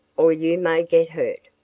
or you may get hurt.